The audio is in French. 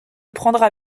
prendra